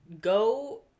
go